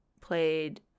played